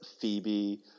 Phoebe